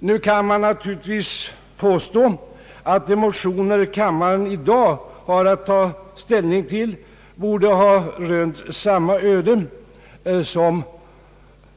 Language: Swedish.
Det kan naturligtvis göras gällande att de motioner som kammaren nu har att ta ställning till borde ha rönt samma öde, alltså